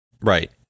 right